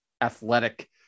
athletic